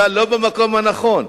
אתה לא במקום הנכון.